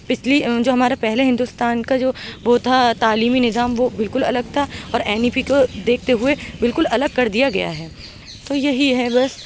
پچھلی جو ہمارا پہلے ہندوستان کا جو وہ تھا تعلیمی نظام وہ بالکل الگ تھا اور این ای پی کو دیکھتے ہوئے بالکل الگ کر دیا گیا ہے تو یہی ہے بس